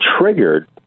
triggered